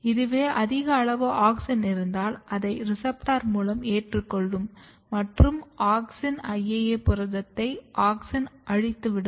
இதுவே அதிக அளவு ஆக்ஸின் இருந்தால் அதை ரிசெப்ட்டார் மூலம் ஏற்றுக்கொள்ளும் மற்றும் AuxIAA புரதத்தை ஆக்ஸின் அழித்துவிடும்